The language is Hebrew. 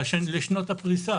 לשנות הפריסה.